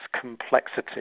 complexity